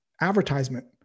advertisement